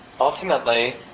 ultimately